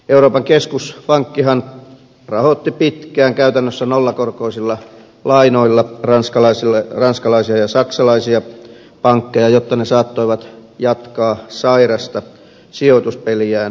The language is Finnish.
euroopan keskuspankkihan rahoitti pitkään käytännössä nollakorkoisilla lainoilla ranskalaisia ja saksalaisia pankkeja jotta ne saattoivat jatkaa sairasta sijoituspeliään kriisimaissa